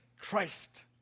Christ